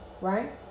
right